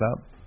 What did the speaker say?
up